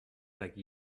like